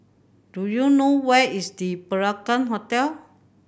do you know where is Le Peranakan Hotel